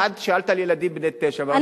את שאלת על ילדים בני תשע ברשות הפלסטינית.